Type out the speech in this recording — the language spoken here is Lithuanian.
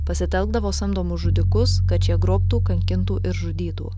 pasitelkdavo samdomus žudikus kad šie grobtų kankintų ir žudytų